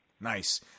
Nice